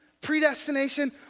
predestination